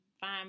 fine